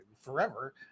forever